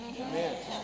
Amen